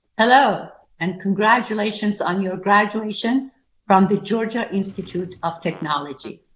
hello, and congratulations on your graduation from the georgia institute of technology.